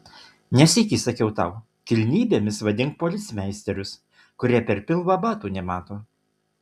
ne sykį sakiau tau kilnybėmis vadink policmeisterius kurie per pilvą batų nemato